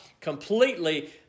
completely